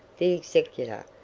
the executor,